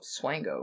Swango